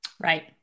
Right